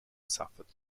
suffered